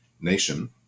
nation